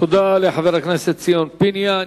תודה לחבר הכנסת ציון פיניאן.